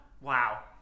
Wow